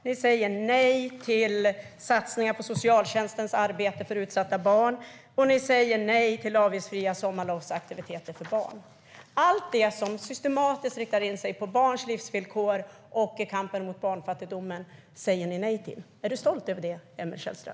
Ni säger nej till satsningar på socialtjänstens arbete för utsatta barn, och ni säger nej till avgiftsfria sommarlovsaktiviteter för barn. Allt det som systematiskt riktar in sig på barns livsvillkor och kampen mot barnfattigdom säger ni nej till. Är du stolt över det, Emil Källström?